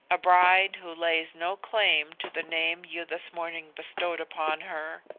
a bride who lays no claim to the name you this morning bestowed upon her